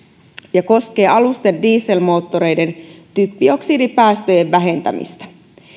ja koskee alusten dieselmoottoreiden typpioksidipäästöjen vähentämistä